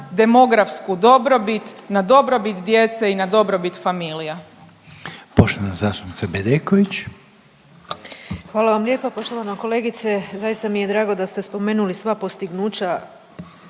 demografsku dobrobit, na dobrobit djece i na dobrobit familije.